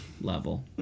level